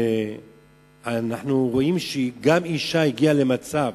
כשאנחנו רואים שגם אשה הגיעה למצב